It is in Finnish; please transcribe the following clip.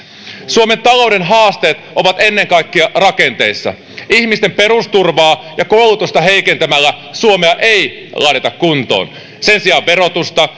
suomen talouden haasteet ovat ennen kaikkea rakenteissa ihmisten perusturvaa ja koulutusta heikentämällä suomea ei laiteta kuntoon sen sijaan verotusta